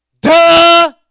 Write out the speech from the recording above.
Duh